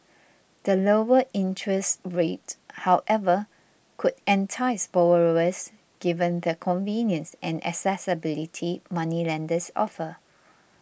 the lower interests rates however could entice borrowers given the convenience and accessibility moneylenders offer